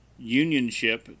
unionship